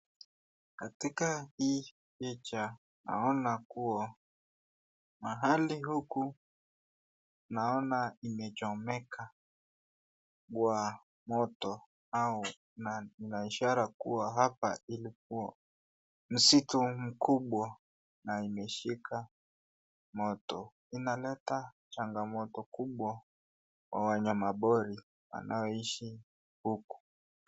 Katika hii picha naona kuwa mahali huku naona imechomeka kwa moto na ina ishara kuwa hapa ilikuwa msitu mkubwa na imeshika moto. Inaleta changamoto kubwa kwa wanyama pori wanaoishi huku.